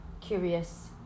curious